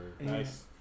Nice